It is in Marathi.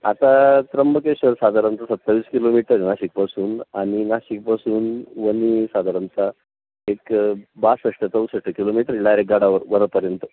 आता त्र्यंबकेश्वर साधारणतः सत्तावीस किलोमीटर नाशिकपासून आणि नाशिकपासून वणी साधारणतः एक बासष्ट चौसष्ट किलोमीटर डायरेक गडावर वरपर्यंत